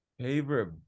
favorite